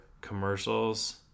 commercials